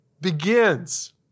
begins